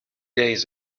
days